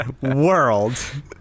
world